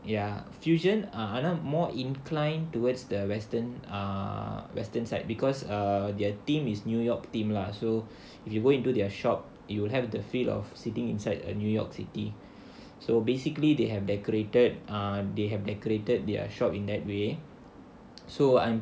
ya fusion ஆனா:aanaa more inclined towards the western ah western side because err their team is new york team lah so if you go into their shop you will have the fill of sitting inside the new york city so basically they have decorated err they have decorated their shop in that way